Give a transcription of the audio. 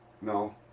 No